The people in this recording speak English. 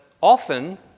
often